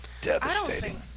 Devastating